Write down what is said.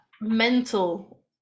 mental